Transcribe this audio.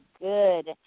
good